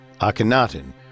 Akhenaten